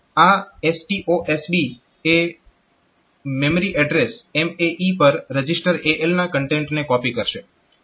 આ STOSB એ memory address MAE પર રજીસ્ટર AL ના કન્ટેન્ટને કોપી કરશે